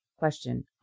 Question